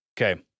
Okay